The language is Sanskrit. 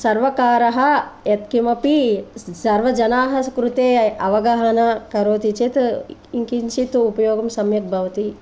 सर्वकारः यत् किमपि सर्वे जनानां कृते अवगाहनं करोति चेत् किञ्चित् उपयोगं सम्यक् भवति